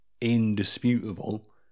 indisputable